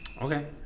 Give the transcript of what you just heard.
Okay